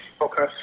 Okay